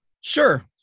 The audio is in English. Sure